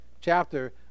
chapter